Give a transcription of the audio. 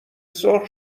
سرخ